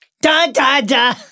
Da-da-da